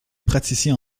praticiens